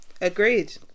Agreed